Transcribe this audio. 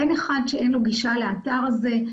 אין אחד שאין לו גישה לאתר הזה.